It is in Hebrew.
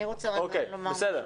אני רוצה לומר משהו.